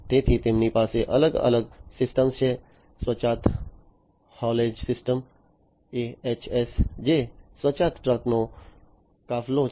તેથી તેમની પાસે અલગ અલગ સિસ્ટમ છે સ્વાયત્ત હૉલેજ સિસ્ટમ ahs જે સ્વાયત્ત ટ્રકોનો કાફલો છે